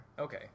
Okay